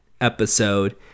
episode